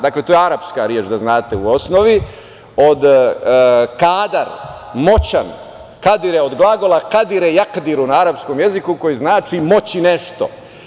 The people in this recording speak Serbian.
Dakle, to je arapska reč da znate u osnovi, od kadar, moćan, od glagola – kadire na arapskom jeziku koji znači moći nešto.